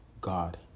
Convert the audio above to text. God